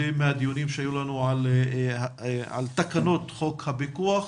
מהדיונים שהיו לנו על תקנות חוק הפיקוח,